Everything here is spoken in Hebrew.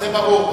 זה ברור.